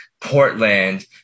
Portland